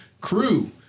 crew